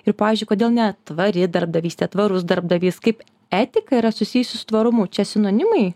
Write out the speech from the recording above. ir pavyzdžiui kodėl ne tvari darbdavystė tvarus darbdavys kaip etika yra susijusi su tvarumu čia sinonimai